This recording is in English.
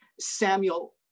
Samuel